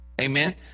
Amen